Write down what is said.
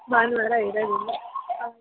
ಭಾನುವಾರ ಇರೋದಿಲ್ವಾ ಓಕೆ